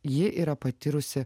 ji yra patyrusi